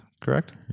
correct